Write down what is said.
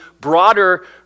broader